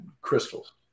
crystals